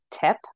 tip